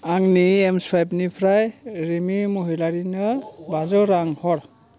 आंनि एम स्वुइफनिफ्राय रिमि महिलारिनो बाजौ रां हर